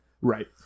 Right